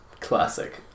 Classic